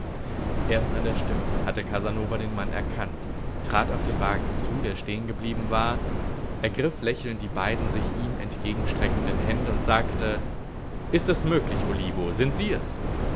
erst an der stimme hatte casanova den mann erkannt trat auf den wagen zu der stehengeblieben war ergriff lächelnd die beiden sich ihm entgegenstreckenden hände und sagte ist es möglich olivo sie sind es